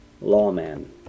lawman